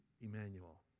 Emmanuel